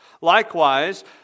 Likewise